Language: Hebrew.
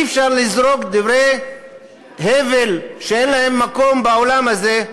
אי-אפשר לזרוק דברי הבל שאין להם מקום בעולם הזה